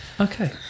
Okay